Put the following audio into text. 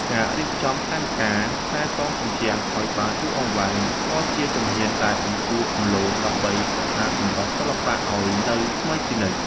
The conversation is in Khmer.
ការរៀបចំផែនការថែទាំជញ្ជាំងឱ្យបានយូរអង្វែង ក៏ជាជំហានដែលមិនគួររំលង ដើម្បីរក្សាសម្រស់សិល្បៈឱ្យនៅថ្មីជានិច្ច។